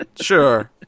Sure